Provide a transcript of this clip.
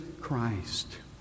Christ